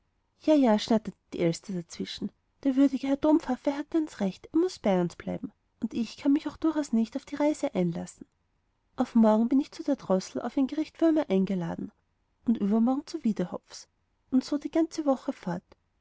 ja ja schnatterte die elster dazwischen der würdige herr dompfaffe hat ganz recht er muß bei uns bleiben und ich kann mich auch durchaus nicht auf die reise einlassen auf morgen bin ich zu der drossel auf ein gericht würmer eingeladen auf übermorgen zu wiedehopfs und so die ganze woche fort